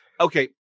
Okay